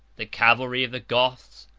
the cavalry of the goths,